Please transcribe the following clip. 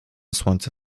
słońca